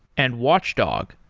and watchdog,